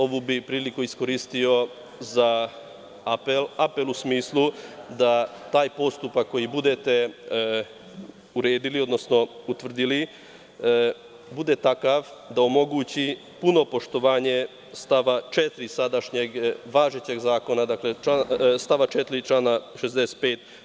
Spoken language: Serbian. Ovu priliku bih iskoristio za apel u smislu da taj postupak koji budete uredili, odnosno utvrdili, bude takav da omogući puno poštovanje stava 4. sadašnjeg važećeg zakona, stava 4. člana 65.